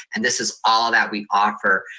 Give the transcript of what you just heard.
and this is all that we offer.